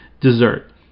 dessert